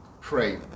pray